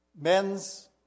Men's